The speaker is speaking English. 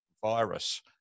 virus